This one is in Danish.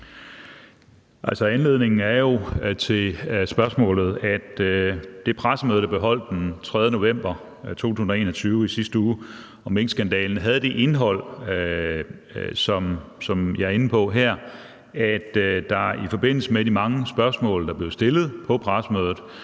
anledningen til at stille spørgsmålet er jo, at det pressemøde, der blev holdt den 3. november 2021, i sidste uge, om minkskandalen, havde det indhold, som jeg er inde på her, altså at det i forbindelse med de mange spørgsmål, der blev stillet på pressemødet,